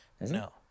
No